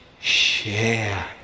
share